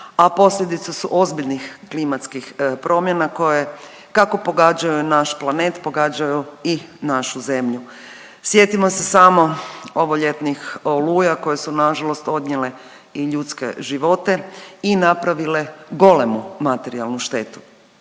a posljedica su ozbiljnih klimatskih promjena koje kako pogađaju naš planet, pogađaju i našu zemlju. Sjetimo se samo ovoljetnih oluja, koje su nažalost odnijele i ljudske živote i napravile golemu materijalnu štetu.